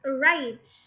right